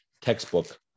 textbook